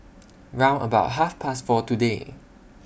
round about Half Past four today